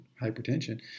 hypertension